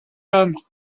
homme